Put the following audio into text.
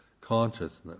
consciousness